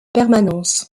permanence